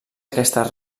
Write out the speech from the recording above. aquestes